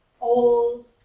old